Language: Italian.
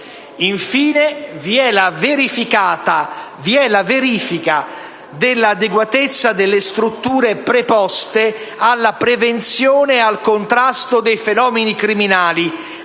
Infine vi è la verifica dell'adeguatezza delle strutture preposte alla prevenzione e al contrasto dei fenomeni criminali,